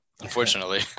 unfortunately